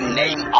name